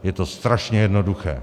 Je to strašně jednoduché.